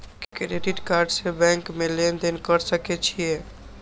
Credit card से bank में लेन देन कर सके छीये?